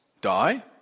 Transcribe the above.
Die